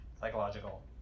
psychological